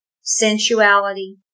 sensuality